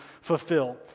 fulfill